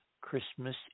Christmas